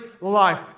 life